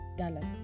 Dallas